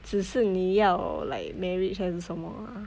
只是你要 like marriage 还是什么 uh